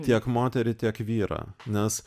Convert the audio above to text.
tiek moterį tiek vyrą nes